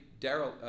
Daryl